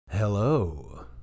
Hello